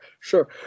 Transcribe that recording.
Sure